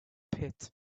pit